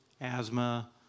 asthma